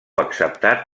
acceptat